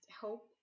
hope